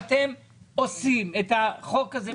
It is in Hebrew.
אני חושב שהמציאות הזאת התחלתי לחשוד שאתם לא מתכוונים לסייע לעובדות,